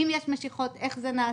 אם יש משיכות איך זה נעשה?